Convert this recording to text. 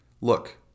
Look